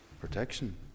protection